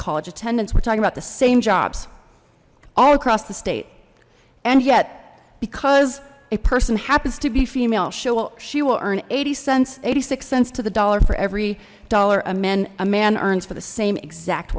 college attendance we're talking about the same jobs all across the state and yet because a person happens to be female she'll well she will earn eighty cents eighty six cents to the dollar for every dollar a men a man earns for the same exact